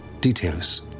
details